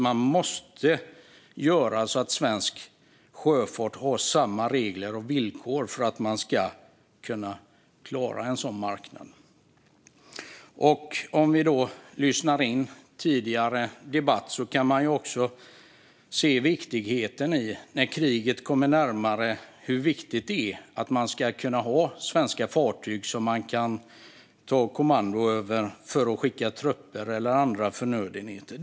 Man måste alltså göra så att svensk sjöfart har samma regler och villkor om den ska kunna klara av att vara på en sådan marknad. Utifrån den tidigare debatten kan vi också, när kriget kommer närmare, se vikten av att ha svenska fartyg som man kan ta kommando över för att skicka trupper eller andra förnödenheter.